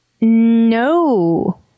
No